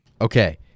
Okay